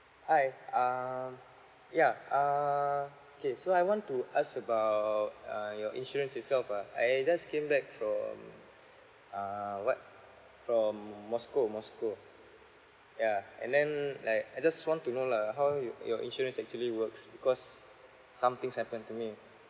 hi um yeah uh okay so I want to ask about uh your insurance itself ah I just came back from uh what from moscow moscow yeah and then like I just want to know lah how your your insurance actually works because some things happened to me